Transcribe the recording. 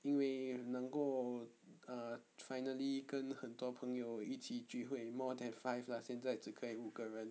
因为能够 err finally 跟很多朋友一起聚会 more than five lah 现在只可以五个人